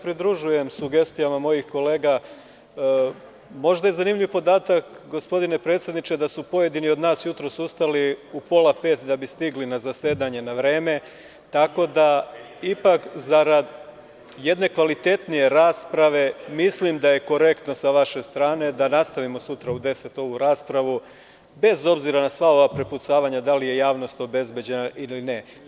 Pridružujem se sugestijama mojih kolega, možda je zanimljiv podatak gospodine predsedniče da su pojedini od nas jutros ustali u pola pet da bi stigli na zasedanje na vreme, tako da ipak zarad jedne kvalitetnije rasprave mislim da je korektno sa vaše strane da nastavimo sutra u 10.00 ovu raspravu, bez obzira na sva ova prepucavanja, da li je javnost obezbeđena ili nije.